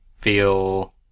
feel